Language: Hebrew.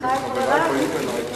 כי פונים אלי,